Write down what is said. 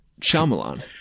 Shyamalan